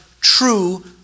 true